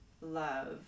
love